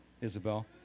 Isabel